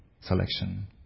selection